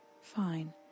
fine